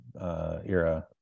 era